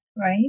right